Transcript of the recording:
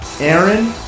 aaron